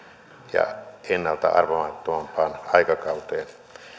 ja ennalta arvaamattomampaan aikakauteen